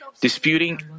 disputing